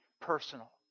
personal